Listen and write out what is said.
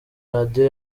radio